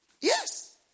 Yes